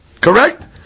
Correct